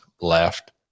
left